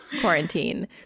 quarantine